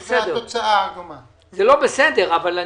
בסדר.